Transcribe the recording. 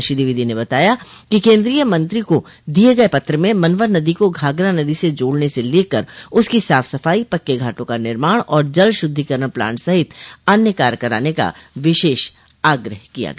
श्री द्विवेदी ने बताया कि केन्द्रीय मंत्री को दिये गये पत्र में मनवर नदी को घाघरा नदी से जोड़ने से लेकर उसकी साफ सफाई पक्के घाटों का निर्माण और जल शुद्धिकरण प्लांट सहित अन्य कार्य कराने का विशेष आग्रह किया गया